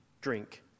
drink